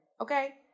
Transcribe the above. okay